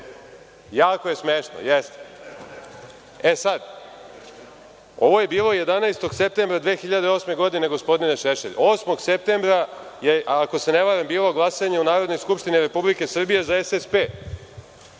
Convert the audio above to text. Jako je smešno, jeste.E sad, ovo je bilo 11. septembra 2008. godine, gospodine Šešelj, a 8. septembra je, ako se ne varam, bilo glasanje u Narodnoj skupštini Republike Srbije za SSP.